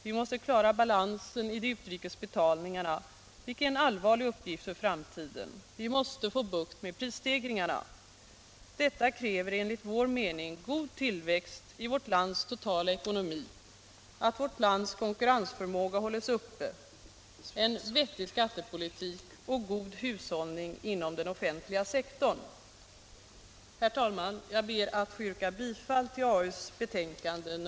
Vi måste klara balansen i de utrikes betalningarna, vilket är en allvarlig uppgift för framtiden. Vi måste få bukt med prisstegringarna. Detta kräver enligt vår mening god tillväxt i vårt lands totala ekonomi, att vårt lands konkurrensförmåga hålls uppe, en vettig skattepolitik och god hushållning inom den offentliga sektorn.